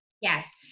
Yes